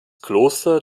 kloster